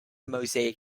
mosaic